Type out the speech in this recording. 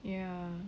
ya